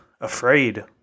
afraid